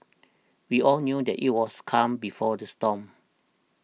we all knew that it was calm before the storm